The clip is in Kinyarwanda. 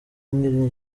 nkiri